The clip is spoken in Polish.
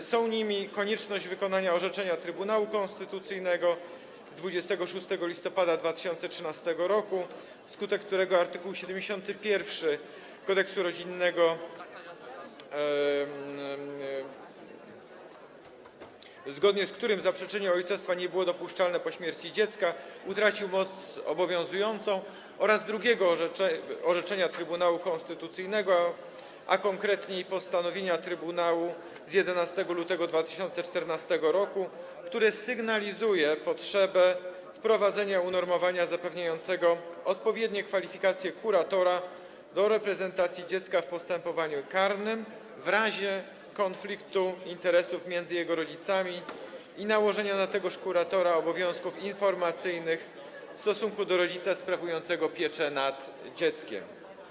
Jest to konieczność wykonania orzeczenia Trybunału Konstytucyjnego z 26 listopada 2013 r., wskutek którego art. 71 kodeksu rodzinnego, zgodnie z którym zaprzeczenie ojcostwa nie było dopuszczalne po śmierci dziecka, utracił moc obowiązującą, oraz drugiego orzeczenia Trybunału Konstytucyjnego, a konkretniej postanowienia trybunału z 11 lutego 2014 r., w którym sygnalizuje się potrzebę wprowadzenia unormowania zapewniającego odpowiednie kwalifikacje kuratora do reprezentacji dziecka w postępowaniu karnym w razie konfliktu interesów między jego rodzicami i nałożenia na tegoż kuratora obowiązków informacyjnych w stosunku do rodzica sprawującego pieczę nad dzieckiem.